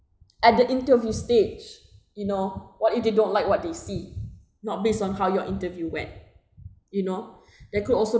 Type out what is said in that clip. at the interview stage you know what if they don't like what they see not based on how your interview went you know they could also